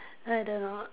I don't know